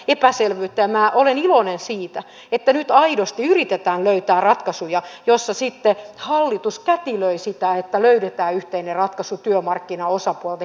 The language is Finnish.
ja minä olen iloinen siitä että nyt aidosti yritetään löytää ratkaisuja joissa sitten hallitus kätilöi sitä että löydetään yhteinen ratkaisu työmarkkinaosapuolten kesken